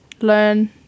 learn